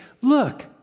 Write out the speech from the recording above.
Look